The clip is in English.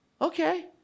okay